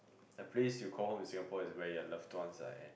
the place you call home in Singapore is where your loved ones are at